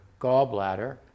gallbladder